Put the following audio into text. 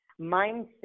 mindset